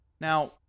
now